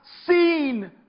seen